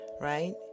right